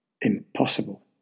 Impossible